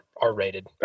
r-rated